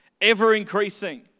Ever-increasing